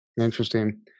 Interesting